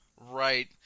Right